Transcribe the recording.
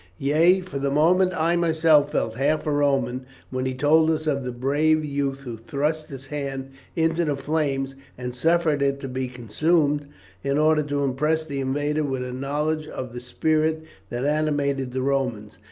yea, for the moment i myself felt half a roman when he told us of the brave youth who thrust his hand into the flames, and suffered it to be consumed in order to impress the invader with a knowledge of the spirit that animated the romans,